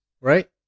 right